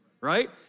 Right